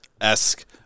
esque